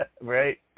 Right